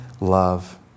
love